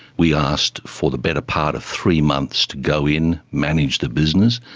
we asked for the better part of three months to go in, manage the business,